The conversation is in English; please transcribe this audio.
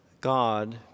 God